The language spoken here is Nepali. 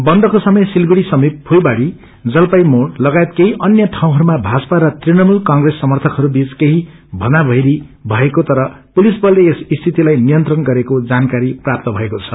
बन्दको समय सिलगडी समिप फूलबाडी जलपाईमोड़ लगायत केही अन्य ठाउँहरूमा भाजपा र तृणमूल कंठ्रेस समर्थकहरू बीच भनामैरी भएको तर पुलिस बलले यस स्थितिलाई नियन्त्रण गरेको जानकारी प्राप्त भएको छ